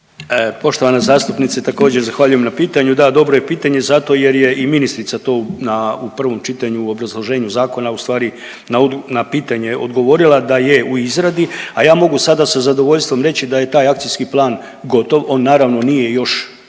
Poštovana zastupnice također zahvaljujem na pitanju, da dobro je pitanje zato jer je i ministrica to na, u prvom čitanju u obrazloženju zakona u stvari na pitanje odgovorila da je u izradi, a ja mogu sada sa zadovoljstvom reći da je taj akcijski plan gotov. On naravno nije još